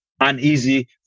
uneasy